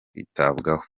kwitabwaho